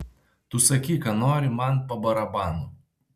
tu sakyk ką nori man pa barabanu